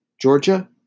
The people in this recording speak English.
Georgia